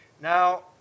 Now